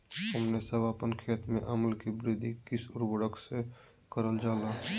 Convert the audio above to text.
हमने सब अपन खेत में अम्ल कि वृद्धि किस उर्वरक से करलजाला?